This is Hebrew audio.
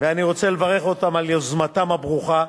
ואני רוצה לברך אותם על יוזמתם הברוכה.